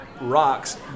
Rocks